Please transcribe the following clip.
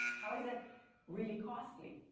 how is that really costly?